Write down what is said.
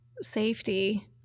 safety –